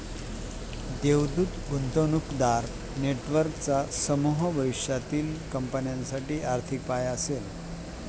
देवदूत गुंतवणूकदार नेटवर्कचा समूह भविष्यातील कंपन्यांसाठी आर्थिक पाया असेल